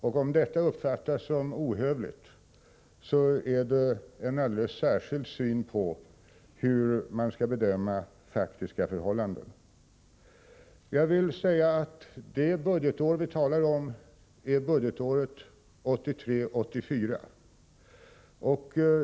Om detta uppfattas som ohövligt, vittnar det om en alldeles särskild syn på hur man skall bedöma faktiska förhållanden. Det budgetår vi talar om är budgetåret 1983/84.